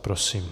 Prosím.